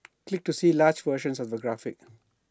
click to see larger version of the graphic